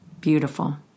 Beautiful